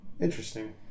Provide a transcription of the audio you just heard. Interesting